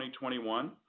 2021